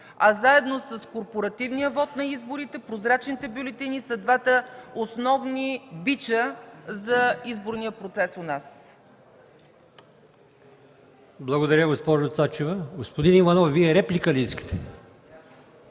А заедно с корпоративния вот на изборите, прозрачните бюлетини са двата основни бича за изборния процес у нас. ПРЕДСЕДАТЕЛ АЛИОСМАН ИМАМОВ: Благодаря, госпожо Цачева. Господин Иванов, Вие реплика ли искате?